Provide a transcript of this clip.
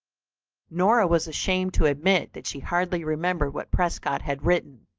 nora was ashamed to admit that she hardly remembered what prescott had written.